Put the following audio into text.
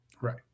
Right